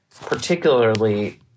particularly